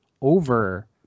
over